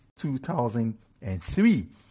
2003